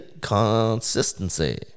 consistency